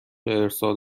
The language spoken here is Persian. ارسال